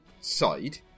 side